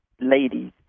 ladies